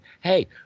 hey